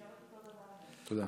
תודה.